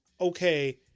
okay